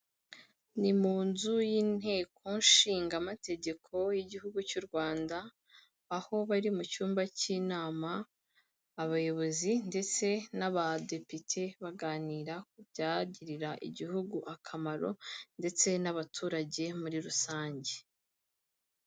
Ni mu nzu y'inteko nshinga amategeko y'igihugu cy'u Rwanda, aho bari mu cyumba cy'inama. Abayobozi ndetse n'abadepite baganira ku byagirira igihugu akamaro ndetse n'abaturage muri rusange.